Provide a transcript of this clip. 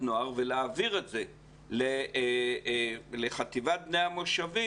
נוער ולהעביר את זה לחטיבת בני המושבים,